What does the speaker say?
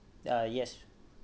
ah yes